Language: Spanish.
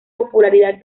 popularidad